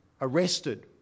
arrested